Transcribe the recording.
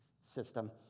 system